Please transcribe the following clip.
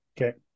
okay